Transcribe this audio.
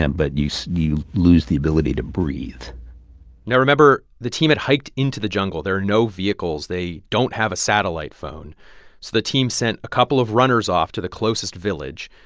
and but you so you lose the ability to breathe now, remember. the team had hiked into the jungle. there are no vehicles. they don't have a satellite phone. so the team sent a couple of runners off to the closest village.